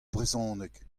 brezhoneg